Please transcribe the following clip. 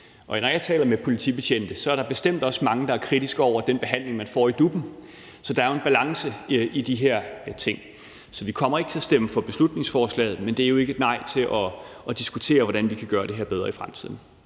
Når jeg taler med politibetjente, er der bestemt også mange, der er kritiske over den behandling, man får i DUP'en. Så der er jo en balance i de her ting. Vi kommer ikke til at stemme for beslutningsforslaget, men det er jo ikke et nej til at diskutere, hvordan vi kan gøre det her bedre i fremtiden.